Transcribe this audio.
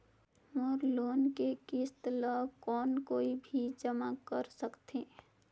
मोर loan के किस्त ल कौन कोई भी जमा कर सकथे?